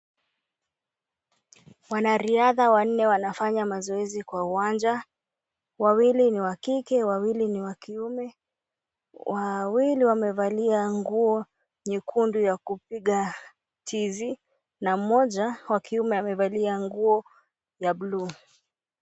Wanariadha wanne wanafanya mazoezi kwa uwanja wawili ni wa kike wawili ni wakiume wawili wamevalia nguo nyekundu ya kupiga tizi na mmoja wa kiume amevalia nguo ya blue .